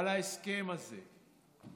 על ההסכם הזה.